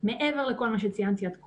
מעבר לכל מה שציינתי עד כה.